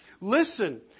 listen